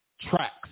tracks